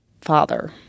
father